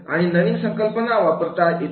आणि नवीन संकल्पना वापरता येते